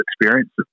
experiences